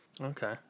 Okay